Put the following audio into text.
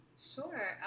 sure